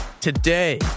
Today